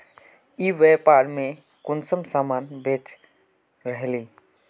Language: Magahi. ई व्यापार में कुंसम सामान बेच रहली?